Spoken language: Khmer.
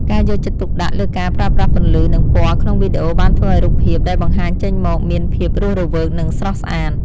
ការយកចិត្តទុកដាក់លើការប្រើប្រាស់ពន្លឺ និងពណ៌ក្នុងវីដេអូបានធ្វើឱ្យរូបភាពដែលបង្ហាញចេញមកមានភាពរស់រវើកនិងស្រស់ស្អាត។